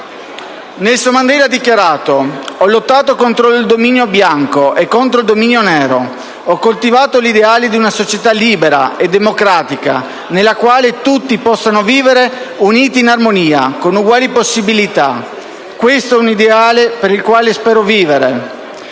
Nelson Mandela ha dichiarato: «Ho lottato contro il dominio bianco e contro il dominio nero. Ho coltivato gli ideali di una società libera e democratica nella quale tutti possano vivere uniti in armonia, con uguali possibilità. Questo è un ideale per il quale spero vivere